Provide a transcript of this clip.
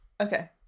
Okay